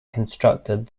constructed